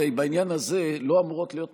הרי בעניין הזה לא אמורות להיות מחלוקות.